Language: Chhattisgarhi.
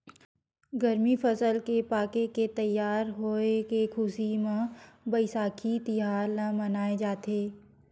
गरमी फसल के पाके के तइयार होए के खुसी म बइसाखी तिहार ल मनाए जाथे